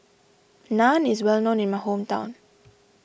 Naan is well known in my hometown